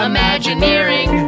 Imagineering